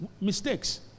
mistakes